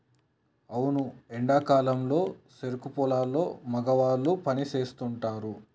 అవును ఎండా కాలంలో సెరుకు పొలాల్లో మగవాళ్ళు పని సేస్తుంటారు